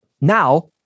Now